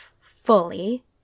fully